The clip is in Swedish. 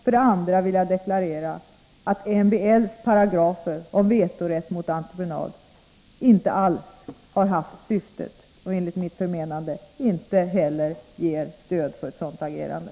För det andra vill jag deklarera att MBL:s paragrafer om vetorätt mot entreprenad inte alls har haft detta syfte och enligt mitt förmenande inte heller ger stöd för ett sådant agerande.